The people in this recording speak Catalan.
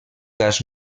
gas